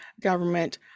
government